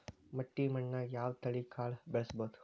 ಮಟ್ಟಿ ಮಣ್ಣಾಗ್, ಯಾವ ತಳಿ ಕಾಳ ಬೆಳ್ಸಬೋದು?